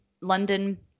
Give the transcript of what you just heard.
London